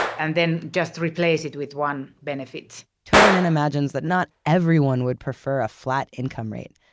and then just replace it with one benefit turonim imagines that not everyone would prefer a flat income rate.